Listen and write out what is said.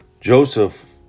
Joseph